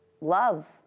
love